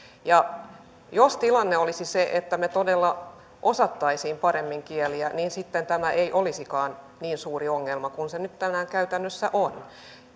jos tilanne olisi se että me todella osaisimme paremmin kieliä niin sitten tämä ei olisikaan niin suuri ongelma kuin se nyt tänään käytännössä on